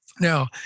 Now